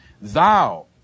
thou